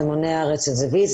זה מונע רצידיביזם,